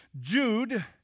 Jude